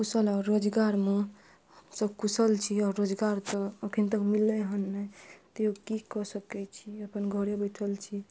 कुशल आओर रोजगारमे सब कुशल छी आओर रोजगार तऽ अखन तक मिलै हन नहि तैयो की कऽ सकैत छी अपन घरे बैसल छी